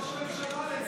ראש הממשלה,